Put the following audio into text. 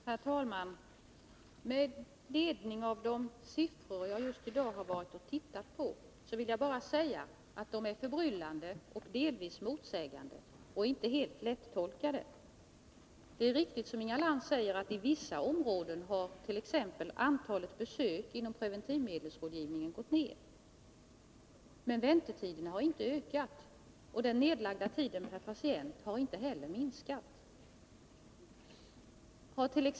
Herr talman! Med ledning av de siffror jag just i dag har varit och tittat på vill jag bara säga att de är förbryllande, delvis motsägande och inte helt lättolkade. Det är riktigt, som Inga Lantz säger, att t. ex antalet besök inom preventivmedelsrådgivningen har gått ned i vissa områden. Men väntetider na har inte ökat, och den nedlagda tiden per patient har inte heller minskat.